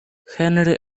henry